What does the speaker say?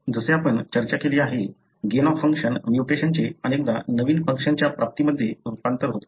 जसे आपण चर्चा केली आहे गेन ऑफ फंक्शन म्युटेशनचे अनेकदा नवीन फंक्शनच्या प्राप्तीमध्ये रूपांतर होतो